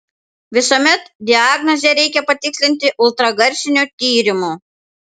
visuomet diagnozę reikia patikslinti ultragarsiniu tyrimu